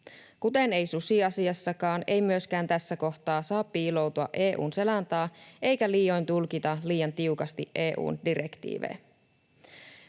Kuten ei susiasiassakaan, ei myöskään tässä kohtaa saa piiloutua EU:n selän taa eikä liioin tulkita liian tiukasti EU:n direktiivejä.